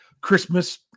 Christmas